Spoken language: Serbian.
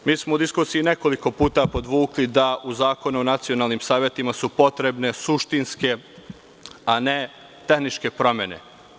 U diskusiji smo nekoliko puta podvukli da su Zakonu o nacionalnim savetima potrebne suštinske, a ne tehničke promene.